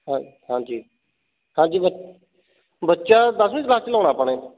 ਹਾਂ ਹਾਂਜੀ ਹਾਂਜੀ ਬੱਚਾ ਦਸਵੀਂ ਕਲਾਸ 'ਚ ਲਾਉਣਾ ਆਪਾਂ ਨੇ